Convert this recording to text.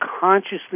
consciously